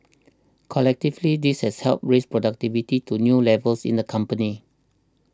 collectively this has helped raise productivity to new levels in the company